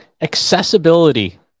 accessibility